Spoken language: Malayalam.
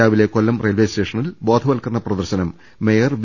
രാവിലെ കൊല്ലം റെയിൽവേ സ്റ്റേഷനിൽ ബോധവത്കരണ പ്രദർശനം മേയർ വി